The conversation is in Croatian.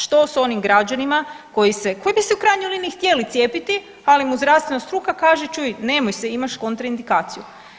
Što s onim građanima koji se, koji bi se u krajnjoj liniji htjeli cijepiti, ali mu zdravstvena struka kaže čuj nemoj se, imaš kontraindikaciju.